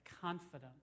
confident